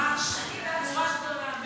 ממש גבורה גדולה.